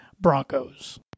Broncos